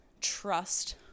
trust